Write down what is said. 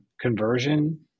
conversion